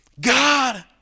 God